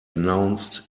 announced